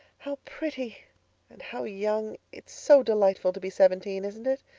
how pretty and how young! it's so delightful to be seventeen, isn't it?